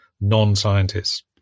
non-scientists